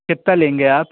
कितना लेंगे आप